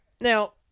now